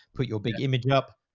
put your big image up,